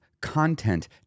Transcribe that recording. content